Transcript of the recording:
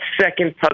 second